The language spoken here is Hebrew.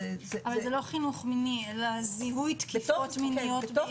זה לא חינות מיני אלא זיהוי תקיפות מיניות.